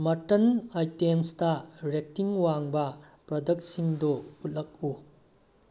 ꯃꯇꯟ ꯑꯥꯏꯇꯦꯝꯁꯇ ꯔꯦꯇꯤꯡ ꯋꯥꯡꯕ ꯄ꯭ꯔꯗꯛꯁꯤꯡꯗꯣ ꯎꯠꯂꯛꯎ